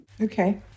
Okay